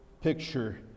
picture